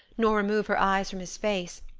nor remove her eyes from his face,